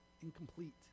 incomplete